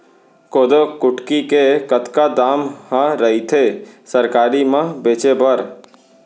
कोदो कुटकी के कतका दाम ह रइथे सरकारी म बेचे बर?